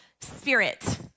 spirit